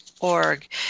org